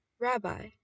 Rabbi